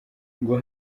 ngo